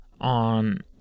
on